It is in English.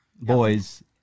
boys